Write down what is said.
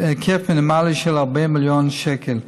בהיקף מינימלי של 40 מיליון שקל.